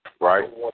Right